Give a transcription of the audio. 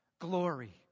Glory